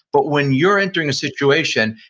but when you're entering a situation,